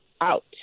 out